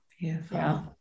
Beautiful